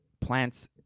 plants